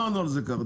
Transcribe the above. לא דיברנו על זה כך.